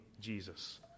Jesus